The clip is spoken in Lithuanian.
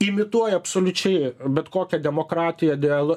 imituoja absoliučiai bet kokią demokratiją dial